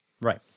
right